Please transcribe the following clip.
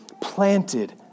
planted